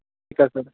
ਠੀਕ ਆ ਸਰ